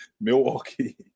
Milwaukee